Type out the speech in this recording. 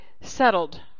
settled